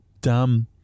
Dumb